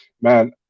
man